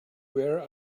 where